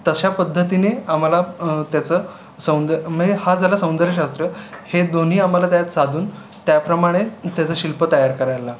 तशा पद्धतीने आम्हाला त्याचं सौंदर म्ए हा जरा सौंदर्य शास्त्र हे दोन्ही आम्हाला त्यात साधून त्याप्रमाणे त्याचं शिल्प तयार करायला लागतं